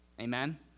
Amen